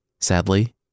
Sadly